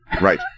Right